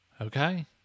Okay